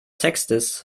textes